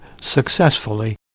successfully